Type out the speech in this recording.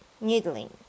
Needling